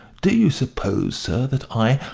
do you suppose, sir, that i,